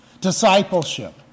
discipleship